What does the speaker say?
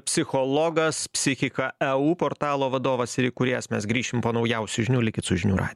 psichologas psichika eu portalo vadovas ir įkūrėjas mes grįšim po naujausių žinių likit su žinių radiju